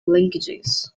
linkages